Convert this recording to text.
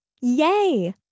Yay